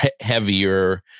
heavier